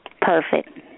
Perfect